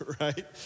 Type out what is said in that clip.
right